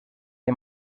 ell